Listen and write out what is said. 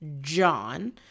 John